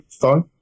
fine